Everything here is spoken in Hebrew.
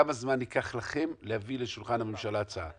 כמה זמן ייקח לכם להביא לשולחן הממשלה הצעה?